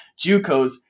JUCOs